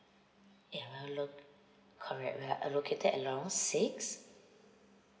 yeah we're lo~ correct we're located at lorong six